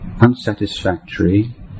unsatisfactory